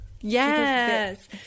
Yes